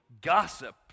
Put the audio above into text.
gossip